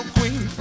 Queen